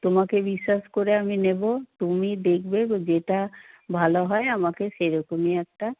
তোমাকে বিশ্বাস করে আমি নেবো তুমিই দেখবে যেটা ভালো হয় আমাকে সেরকমই একটা